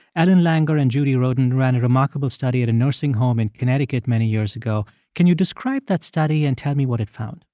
ellen langer and judy rodin ran a remarkable study at a nursing home in connecticut many years ago. can you describe that study and tell me what it found